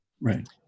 right